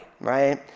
Right